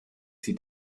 sieht